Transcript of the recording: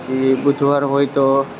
પછી બુધવાર હોય તો